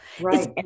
Right